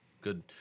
Good